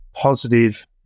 positive